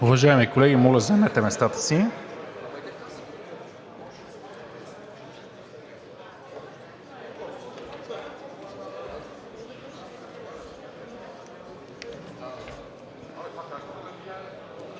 Уважаеми колеги, моля заемете местата си.